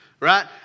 Right